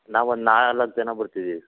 ನಾವು ಒಂದು ನಾಲ್ಕು ಜನ ಬರ್ತಿದೀವಿ